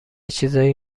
چیزایی